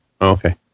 Okay